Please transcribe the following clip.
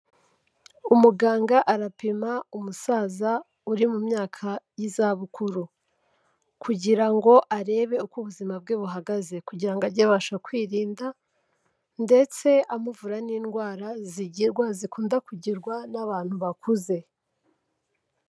Umuganga arapima umusaza uri mu myaka y'izabukuru. Kugira ngo arebe uko ubuzima bwe buhagaze. Kugira ngo age abasha kwirinda ndetse amuvura n'indwara zigirwa, zikunda kugirwa n'abantu bakuze.